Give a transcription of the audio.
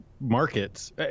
markets –